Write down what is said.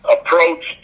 approach